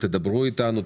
תדברו איתנו,